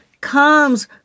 comes